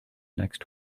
next